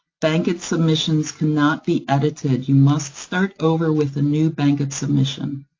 bankit submissions cannot be edited, you must start over with a new bankit submission.